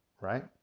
right